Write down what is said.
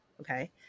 Okay